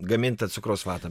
gamint tą cukraus vatą